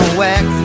wax